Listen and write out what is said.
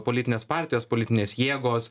politinės partijos politinės jėgos